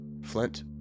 Flint